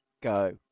go